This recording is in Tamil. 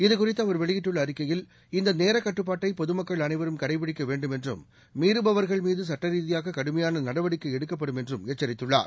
இதுகுறித்து அவர் வெளியிட்டுள்ள அறிக்கையில் இந்த நேரக்கட்டுப்பாட்டை பொதுமக்கள் அனைவரும் கடைப்பிடிக்க வேண்டும் என்றும் மீறுபவர்கள் மீது சுட்டரீதியாக கடுமையான நடவடிக்கை எடுக்கப்படும் என்றும் எச்சரித்துள்ளார்